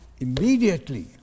immediately